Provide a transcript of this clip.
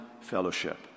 fellowship